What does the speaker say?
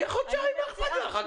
יהיה חודשיים, מה אכפת לך.